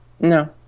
no